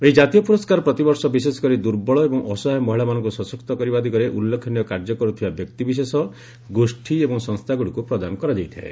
ଏହି ଜାତୀୟ ପୁରସ୍କାର ପ୍ରତିବର୍ଷ ବିଶେଷକରି ଦୁର୍ବଳ ଏବଂ ଅସହାୟ ମହିଳାମାନଙ୍କୁ ସଶକ୍ତ କରିବା ଦିଗରେ ଉଲ୍ଲେଖନୀୟ କାର୍ଯ୍ୟ କରୁଥିବା ବ୍ୟକ୍ତିବିଶେଷ ଗୋଷ୍ଠୀ ଏବଂ ସଂସ୍ଥାଗୁଡ଼ିକୁ ପ୍ରଦାନ କରାଯାଇଥାଏ